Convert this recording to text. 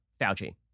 Fauci